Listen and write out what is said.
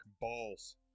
balls